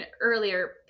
earlier